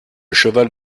cheval